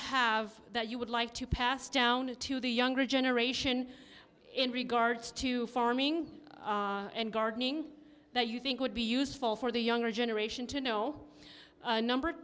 have that you would like to pass down to the younger generation in regards to farming and gardening that you think would be useful for the younger generation to know number